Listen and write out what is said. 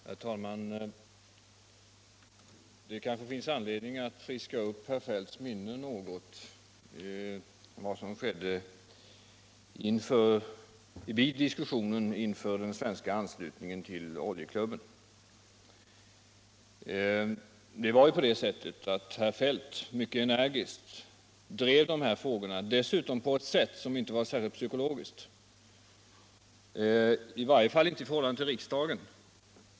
Herr talman! Det kanske finns anledning att friska upp herr Feldts minne något när det gäller vad som skedde vid diskussionen inför den svenska anslutningen till Oljeklubben. Herr Feldt drev ju dessa frågor mycket energiskt och dessutom på ett sätt som i varje fall i förhållande till riksdagen inte var särskilt psykologiskt.